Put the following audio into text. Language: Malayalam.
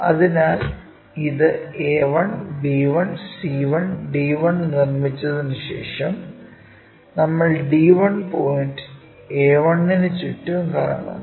അതിനാൽ ഇത് a1 b 1 c 1 d 1 നിർമ്മിച്ചതിനുശേഷം നമ്മൾ d 1 പോയിന്റ് a1 ന് ചുറ്റും കറങ്ങുന്നു